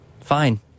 Fine